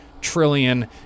trillion